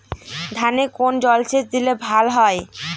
ধানে কোন জলসেচ দিলে ভাল হয়?